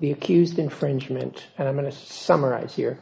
the accused infringement and i'm going to summarize here